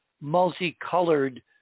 multicolored